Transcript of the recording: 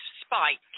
spike